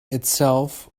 itself